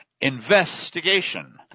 Investigation